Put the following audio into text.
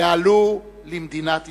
ועלו למדינת ישראל.